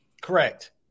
Correct